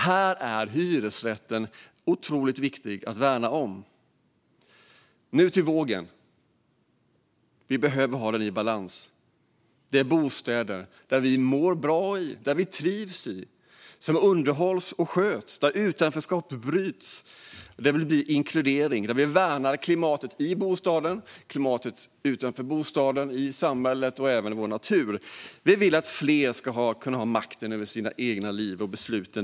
Här är hyresrätten otroligt viktig att värna om. Nu till vågen, som vi behöver ha i balans. Vi behöver bostäder där vi mår bra och trivs, bostäder som underhålls och sköts och där utanförskap byts ut mot inkludering. Vi behöver värna om klimatet i bostaden, utanför bostaden, i samhället och även i vår natur. Vi vill att fler ska kunna ha makten över sina egna liv och beslut.